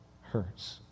hurts